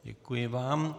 Děkuji vám.